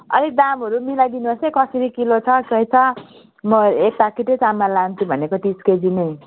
अलिक दामहरू मिलाइ दिनुहोस् है कसरी किलो छ म एक प्याकेटै चामल लान्छु भनेको तिस केजी नै